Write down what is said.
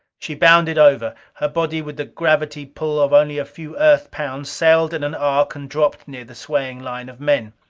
she bounded over. her body, with the gravity pull of only a few earth pounds, sailed in an arc and dropped near the swaying line of men.